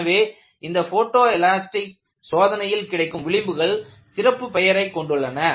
எனவே இந்த photo elastic சோதனையில் கிடைக்கும் விளிம்புகள் சிறப்பு பெயரைக் கொண்டுள்ளன